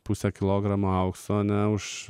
pusę kilogramo aukso ne už